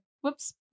Whoops